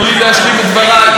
גם אני רוצה ללכת.